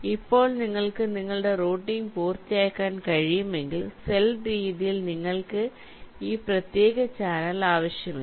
ഇപ്പോൾ നിങ്ങൾക്ക് നിങ്ങളുടെ റൂട്ടിംഗ് പൂർത്തിയാക്കാൻ കഴിയുമെങ്കിൽ സെൽ രീതിയിൽ നിങ്ങൾക്ക് ഈ പ്രത്യേക ചാനൽ ആവശ്യമില്ല